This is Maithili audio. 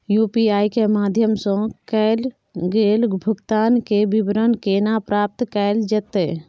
यु.पी.आई के माध्यम सं कैल गेल भुगतान, के विवरण केना प्राप्त कैल जेतै?